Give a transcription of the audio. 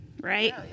Right